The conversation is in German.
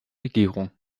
regierung